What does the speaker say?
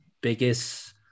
biggest